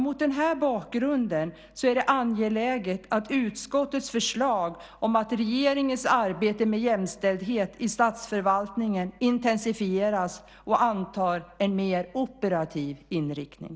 Mot den här bakgrunden är det angeläget att utskottets förslag om att regeringens arbete med jämställdhet i statsförvaltningen intensifieras och antar en mer operativ inriktning.